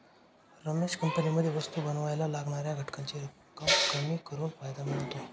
रमेश कंपनीमध्ये वस्तु बनावायला लागणाऱ्या घटकांची रक्कम कमी करून फायदा मिळवतो